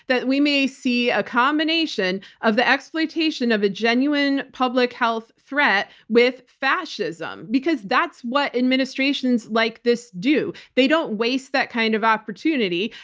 that we may see a combination of the exploitation of a genuine public health threat with fascism, because that's what administrations like this do. they don't waste that kind of opportunity.